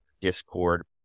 discord